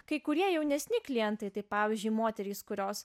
kai kurie jaunesni klientai tai pavyzdžiui moterys kurios